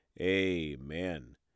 amen